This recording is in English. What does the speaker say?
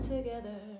together